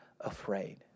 afraid